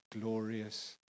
glorious